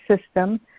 system